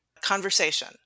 conversation